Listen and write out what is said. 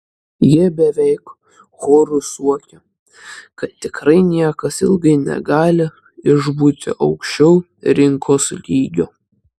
jie beveik choru suokia kad tikrai niekas ilgai negali išbūti aukščiau rinkos lygio